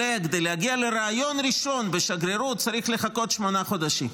כדי להגיע לריאיון ראשון בשגרירות עולה צריך לחכות שמונה חודשים.